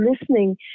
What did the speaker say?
listening